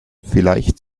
vielleicht